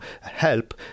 help